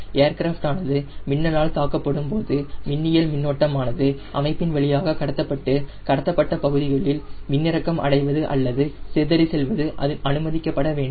aircraft ஆனது மின்னலால் தாக்கப்படும்பொழுது மின்னியல் மின்னோட்டம் ஆனது அமைப்பின் வழியாக கடத்தப்பட்டு கட்டுப்படுத்தப்பட்ட பகுதிகளில் மின்னிறக்கம் அடைவது அல்லது சிதறி செல்வது அனுமதிக்கப்பட வேண்டும்